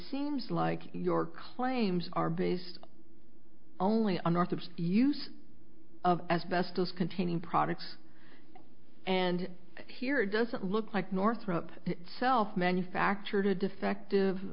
seems like your claims are based only on north of use of as best as containing products and here it doesn't look like northrop itself manufactured a defective